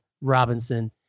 Robinson